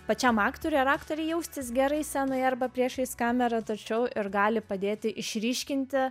pačiam aktoriui ar aktorei jaustis gerai scenoj arba priešais kamerą tačiau ir gali padėti išryškinti